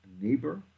neighbor